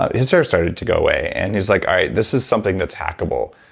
his hair started to go away. and he was like, all right, this is something that's hackable.